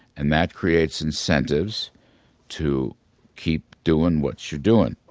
and that creates incentives to keep doing what you're doing.